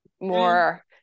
more